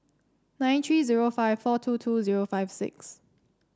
nine three zero five four two two zero five six